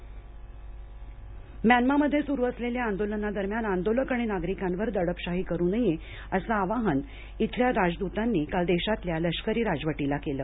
Myanmar निषेध म्यानमामध्ये सुरू असलेल्या आंदोलनादरम्यान आंदोलक आणि नागरिकांवर दडपशाही करू नये असं आवाहन इथल्या राजदूतांनी काल देशातल्या लष्करी राजवटीला केलं